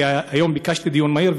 היום ביקשתי לקיים דיון מהיר,